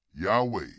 Yahweh